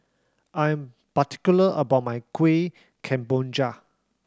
I'm particular about my Kuih Kemboja